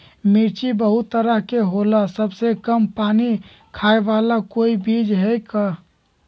मिर्ची बहुत तरह के होला सबसे कम पानी खाए वाला कोई बीज है का?